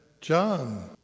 John